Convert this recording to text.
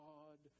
God